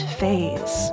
phase